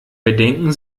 bedenken